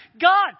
God